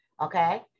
okay